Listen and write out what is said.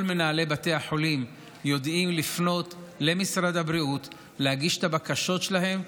כל מנהלי בתי החולים יודעים לפנות למשרד הבריאות ולהגיש את הבקשות שלהם.